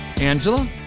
Angela